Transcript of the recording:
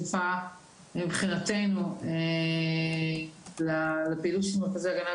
אני שותפה לעמדה שפעילות מרכזי ההגנה,